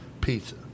pizza